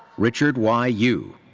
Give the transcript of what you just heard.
richard y. yu.